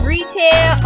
Retail